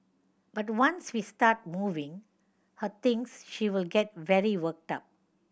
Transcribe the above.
but once we start moving her things she will get very worked up